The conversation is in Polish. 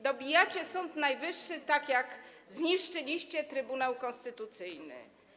Dobijacie Sąd Najwyższy, tak jak niszczyliście Trybunał Konstytucyjny.